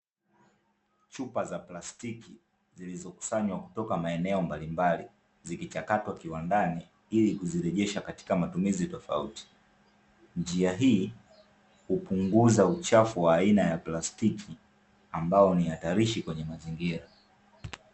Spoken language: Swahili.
Chupa za plastiki, zilizokusanywa kutoka maeneo mbalimbali, zikichakatwa kiwandani ili kuzirejesha katika matumizi tofauti, njia hii hupunguza uchafu wa aina ya plastiki ambao ni hatarishi kwenye mazingira.